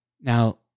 Now